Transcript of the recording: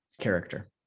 character